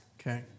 Okay